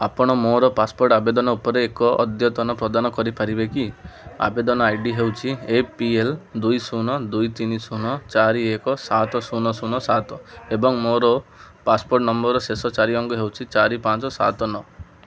ଆପଣ ମୋର ପାସପୋର୍ଟ୍ ଆବେଦନ ଉପରେ ଏକ ଅଦ୍ୟତନ ପ୍ରଦାନ କରିପାରିବେ କି ଆବେଦନ ଆଇ ଡ଼ି ହେଉଛି ଏ ପି ଏଲ୍ ଦୁଇ ଶୂନ ଦୁଇ ତିନି ଶୂନ ଚାରି ଏକ ସାତ ଶୂନ ଶୂନ ସାତ ଏବଂ ମୋ ପାସପୋର୍ଟ୍ ନମ୍ବର୍ର ଶେଷ ଚାରି ଅଙ୍କ ହେଉଛି ଚାରି ପାଞ୍ଚ ସାତ ନଅ